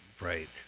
Right